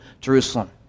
Jerusalem